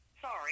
Sorry